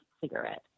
cigarette